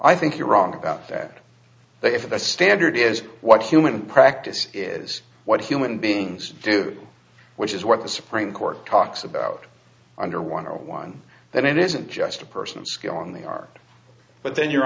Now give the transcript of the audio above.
i think you're wrong about that they have a standard is what human practice is what human beings do which is what the supreme court talks about under one hundred one that it isn't just a personal skill on the art but then your